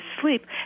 sleep